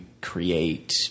create